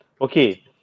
Okay